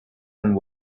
and